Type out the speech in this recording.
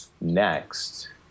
next